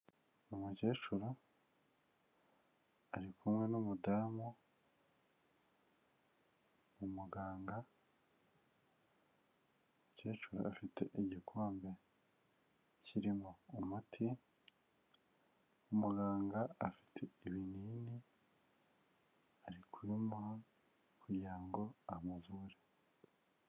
Umukecuru ari kumwe n'umudamu umuganga, umukecuru afite igikombe kirimo umuti, umuganga afite ibinini ari kubimuha kugira ngo amuvure.